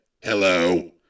Hello